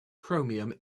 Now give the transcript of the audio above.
chromium